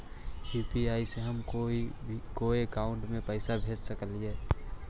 UPI से हम कोई के अकाउंट में पैसा भेज सकली ही?